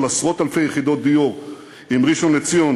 עשרות-אלפי יחידות דיור עם ראשון-לציון,